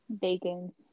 Bacon